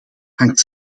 hangt